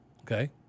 Okay